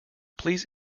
please